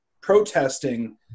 protesting